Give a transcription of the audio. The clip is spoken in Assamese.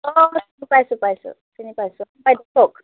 অঁ পাইছোঁ পাইছোঁ চিনি পাইছোঁ বাইদেউ কওক